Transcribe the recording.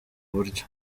uburyo